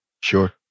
Sure